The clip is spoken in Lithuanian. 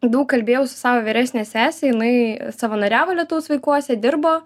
daug kalbėjau su savo vyresne sese jinai savanoriavo lietaus vaikuose dirbo